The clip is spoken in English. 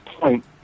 point